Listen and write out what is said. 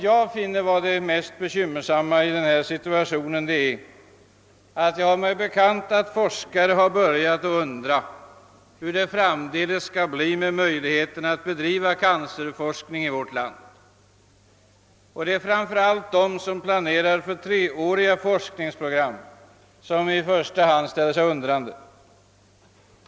Jag anser det mest bekymmersamma i denna situation var att forskare, enligt vad jag har mig bekant, börjat undra hurudana de framtida möjligheterna att bedriva cancerforskning i vårt land skall bli. Framför allt ställer sig de som planerar för treåriga forskningsprogram frågande.